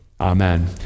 Amen